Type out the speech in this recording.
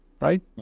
Right